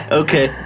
okay